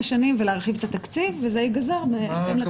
שנים ולהרחיב את התקציב וזה ייגזר בהתאם לתקציבים האחרים.